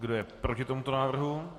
Kdo je proti tomuto návrhu?